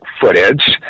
footage